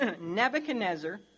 Nebuchadnezzar